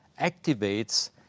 activates